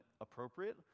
appropriate